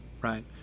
right